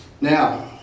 Now